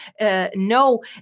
no